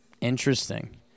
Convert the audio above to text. Interesting